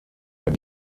bei